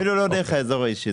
זה אפילו לא דרך האזור האישי.